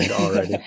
already